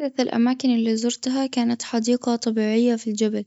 أحدث الأماكن اللي زرتها كانت حديقة طبيعية فوق الجبل.